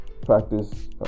practice